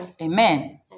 Amen